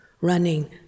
running